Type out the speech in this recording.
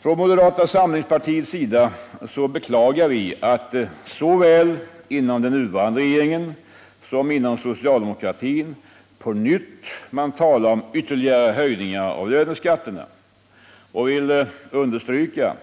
Från moderata samlingspartiets sida beklagar vi att man såväl inom regeringen som inom socialdemokratin på nytt talar om ytterligare höjningar av löneskatterna och vill understryka